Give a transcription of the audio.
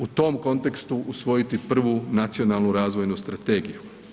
U tom kontekstu usvojiti prvu nacionalnu razvojnu strategiju.